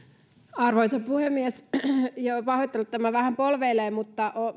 arvoisa puhemies pahoittelut tämä vähän polveilee mutta